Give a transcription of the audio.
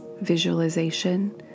visualization